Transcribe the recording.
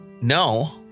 no